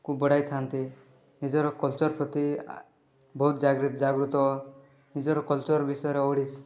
କୁ ବଢ଼ାଇଥାନ୍ତି ନିଜର କଲଚର୍ ପ୍ରତି ଆ ବହୁତ ଜାଗୃ ଜାଗୃତ ନିଜର କଲଚର୍ ବିଷୟରେ ଓଡ଼ିଶା